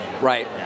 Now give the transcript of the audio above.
Right